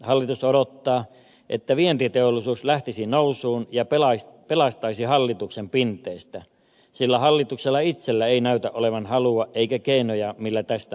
hallitus odottaa että vientiteollisuus lähtisi nousuun ja pelastaisi hallituksen pinteestä sillä hallituksella itsellä ei näytä olevan halua eikä keinoja millä tästä noustaisiin